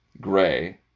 gray